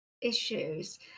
issues